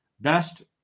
Best